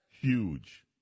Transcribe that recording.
huge